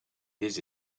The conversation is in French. des